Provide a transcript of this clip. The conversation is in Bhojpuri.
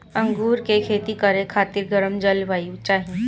अंगूर के खेती करे खातिर गरम जलवायु चाही